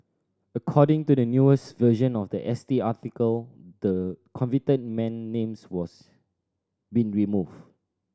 according to the newest version of the S T article the convicted man names was been removed